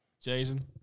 Jason